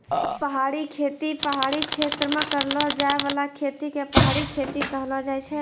पहाड़ी खेती पहाड़ी क्षेत्र मे करलो जाय बाला खेती के पहाड़ी खेती कहलो जाय छै